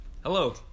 Hello